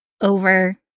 Over